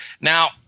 now